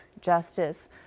justice